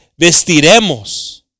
vestiremos